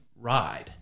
ride